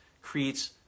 creates